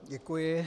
Děkuji.